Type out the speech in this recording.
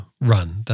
run